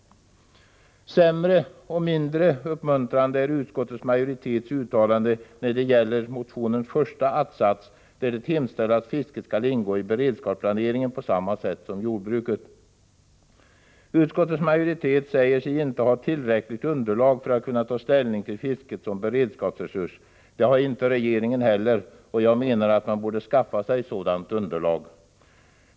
Sämre och mindre uppmuntrande är utskottsmajoritetens uttalande när det gäller motionens första att-sats, där det hemställs att fisket skall ingå i beredskapsplaneringen på samma sätt som jordbruket. Utskottets majoritet säger sig inte ha tillräckligt underlag för att kunna ta ställning till fisket som beredskapsresurs. Det har inte regeringen heller, och jag menar att man borde skaffa sig ett sådant underlag.